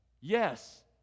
Yes